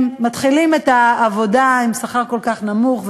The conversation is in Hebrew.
מתחילים את העבודה עם שכר כל כך נמוך וזעום,